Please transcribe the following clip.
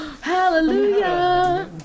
Hallelujah